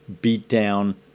beat-down